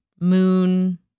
moon